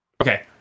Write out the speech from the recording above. okay